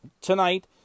tonight